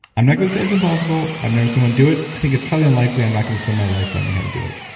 i'm not going to say it's impossible. i've never seen one do it. i think it's highly unlikely i'm not going to spend my life learning how to do it,